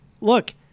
Look